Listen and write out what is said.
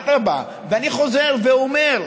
אדרבה, אני חוזר ואומר,